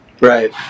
Right